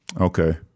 Okay